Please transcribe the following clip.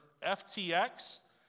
FTX